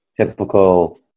typical